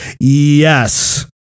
yes